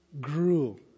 grew